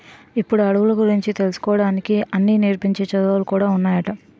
ఇప్పుడు అడవుల గురించి తెలుసుకోడానికి అన్నీ నేర్పించే చదువులు కూడా ఉన్నాయట